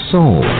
Soul